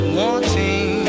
wanting